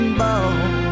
ball